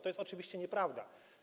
To jest oczywiście nieprawda.